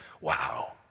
Wow